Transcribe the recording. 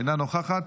אינה נוכחת,